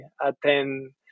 attend